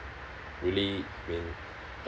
really I mean